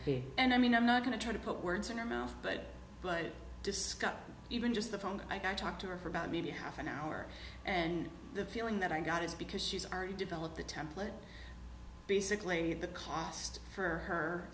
ira and i mean i'm not going to try to put words in your mouth but but discuss even just the phone i talked to her for about maybe half an hour and the feeling that i got is because she's already developed the template basically the cost for her